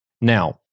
Now